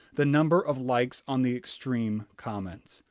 the number of likes on the extreme comments.